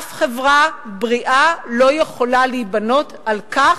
אף חברה בריאה לא יכולה להיבנות על כך